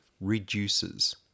reduces